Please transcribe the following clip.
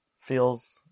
feels